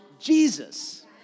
Jesus